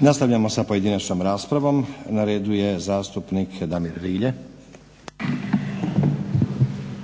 Nastavljamo sa pojedinačnom raspravom. Na redu je zastupnik Damir Rilje. **Rilje,